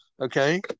Okay